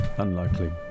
Unlikely